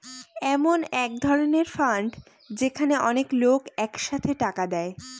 এমন এক ধরনের ফান্ড যেখানে অনেক লোক এক সাথে টাকা দেয়